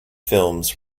films